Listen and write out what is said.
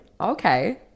okay